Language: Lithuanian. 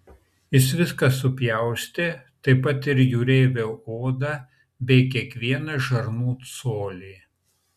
jis viską supjaustė taip pat ir jūreivio odą bei kiekvieną žarnų colį